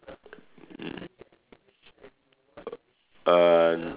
mmhmm err